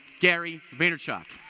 gary vaynerchuk.